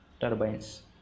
turbines